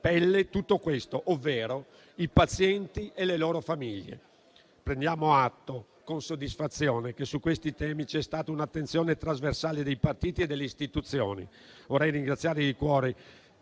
pelle tutto questo, ovvero i pazienti e le loro famiglie. Prendiamo atto con soddisfazione che su questi temi c'è stata un'attenzione trasversale dei partiti e delle istituzioni. Vorrei ringraziare di cuore,